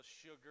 sugar